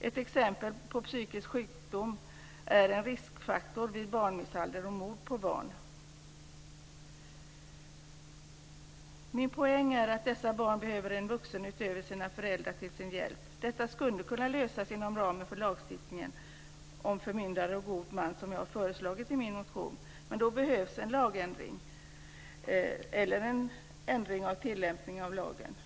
Ett exempel på psykisk sjukdom är en riskfaktor vid barnmisshandel och mord på barn. Min poäng är att barnen behöver en vuxen utöver sina föräldrar till sin hjälp. Detta skulle kunna lösas inom ramen för lagstiftningen om förmyndare och god man, som jag har föreslagit i min motion. Men då behövs en lagändring eller en ändring av tillämpning av lagen.